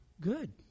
Good